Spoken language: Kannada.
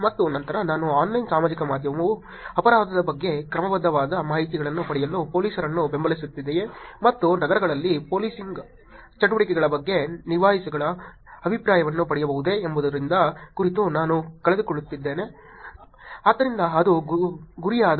ಮತ್ತು ನಂತರ ನಾನು ಆನ್ಲೈನ್ ಸಾಮಾಜಿಕ ಮಾಧ್ಯಮವು ಅಪರಾಧದ ಬಗ್ಗೆ ಕ್ರಮಬದ್ಧವಾದ ಮಾಹಿತಿಯನ್ನು ಪಡೆಯಲು ಪೊಲೀಸರನ್ನು ಬೆಂಬಲಿಸುತ್ತದೆಯೇ ಮತ್ತು ನಗರಗಳಲ್ಲಿ ಪೋಲೀಸಿಂಗ್ ಚಟುವಟಿಕೆಗಳ ಬಗ್ಗೆ ನಿವಾಸಿಗಳ ಅಭಿಪ್ರಾಯವನ್ನು ಪಡೆಯಬಹುದೇ ಎಂಬುದರ ಕುರಿತು ನಾನು ತೆಗೆದುಕೊಳ್ಳಲಿದ್ದೇನೆ ಆದ್ದರಿಂದ ಅದು ಗುರಿಯಾಗಿದೆ